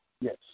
Yes